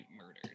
murdered